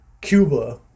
cuba